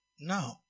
Now